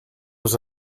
was